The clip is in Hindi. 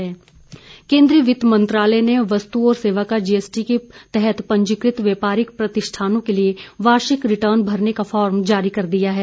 जीएसटी केंद्रीय वित्त मंत्रालय ने वस्तु और सेवाकर जीएसटी के तहत पंजीकृत व्यापारिक प्रतिष्ठानों के लिए वार्षिक रिटर्न भरने का फॉर्म जारी कर दिया है